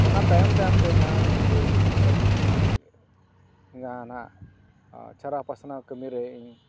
ᱚᱱᱟ ᱛᱟᱭᱚᱢ ᱛᱟᱭᱚᱢ ᱛᱮ ᱡᱟᱦᱟᱸ ᱤᱧᱫᱚ ᱚᱞ ᱪᱤᱠᱤ ᱡᱟᱦᱟᱸ ᱱᱟᱦᱟᱜ ᱪᱷᱟᱨᱟᱣ ᱯᱟᱥᱱᱟᱣ ᱠᱟᱹᱢᱤᱨᱮ ᱤᱧ